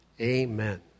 Amen